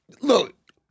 Look